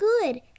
good